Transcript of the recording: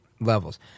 levels